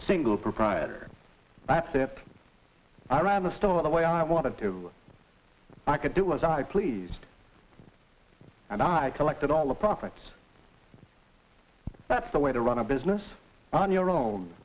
single proprietor i ran the store the way i wanted to i could do as i pleased and i collected all the profits that's the way to run a business on your own